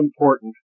important